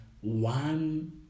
one